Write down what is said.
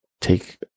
take